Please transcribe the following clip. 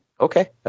Okay